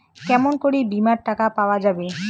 কেমন করি বীমার টাকা পাওয়া যাবে?